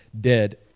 dead